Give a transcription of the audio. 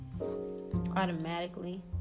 automatically